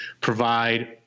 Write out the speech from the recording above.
provide